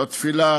לא תפילה